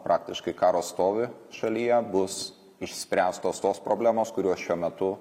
praktiškai karo stovį šalyje bus išspręstos tos problemos kurios šiuo metu